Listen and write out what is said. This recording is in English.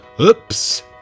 oops